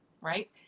right